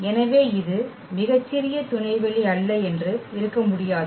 எனவே இது மிகச்சிறிய துணைவெளி அல்ல என்று இருக்க முடியாது